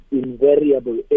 invariable